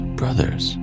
brothers